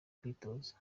kwitoza